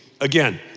again